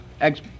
ex